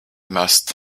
must